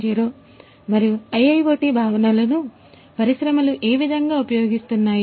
0 మరియు IIoT భావనలను పరిశ్రమలు ఏ విధముగా ఉపయోగిస్తున్నాయి